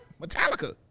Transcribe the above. Metallica